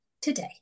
today